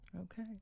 Okay